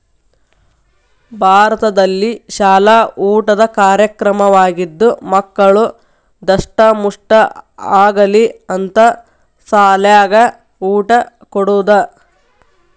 ಭಾರತದಲ್ಲಿಶಾಲ ಊಟದ ಕಾರ್ಯಕ್ರಮವಾಗಿದ್ದು ಮಕ್ಕಳು ದಸ್ಟಮುಷ್ಠ ಆಗಲಿ ಅಂತ ಸಾಲ್ಯಾಗ ಊಟ ಕೊಡುದ